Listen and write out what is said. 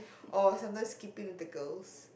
or sometimes skipping with the girls